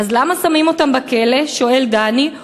'אז למה שמים אותם בכלא?' שואל דני,